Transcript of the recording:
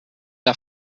der